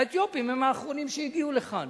האתיופים הם האחרונים שהגיעו לכאן,